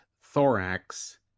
thorax